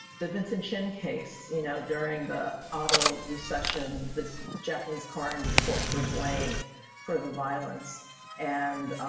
the vincent chin case you know during the auto recession the japanese car imports were blamed for the violence and